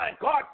God